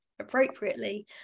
appropriately